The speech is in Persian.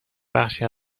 بخشی